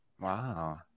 Wow